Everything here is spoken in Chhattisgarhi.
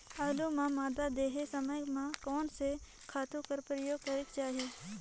आलू ल मादा देहे समय म कोन से खातु कर प्रयोग करेके चाही?